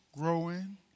Growing